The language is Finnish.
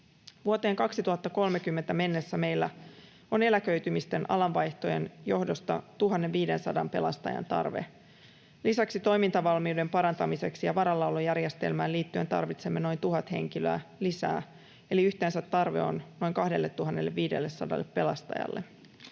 Vuoteen 2030 mennessä meillä on eläköitymisten ja alanvaihtojen johdosta 1 500 pelastajan tarve. Lisäksi toimintavalmiuden parantamiseksi ja varallaolojärjestelmään liittyen tarvitsemme noin 1 000 henkilöä lisää, eli yhteensä tarve on noin 2 500 pelastajalle.